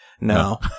No